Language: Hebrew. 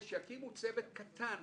שיקימו צוות קטן